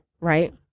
right